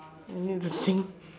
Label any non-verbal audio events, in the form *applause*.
I need to think *laughs*